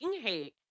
hate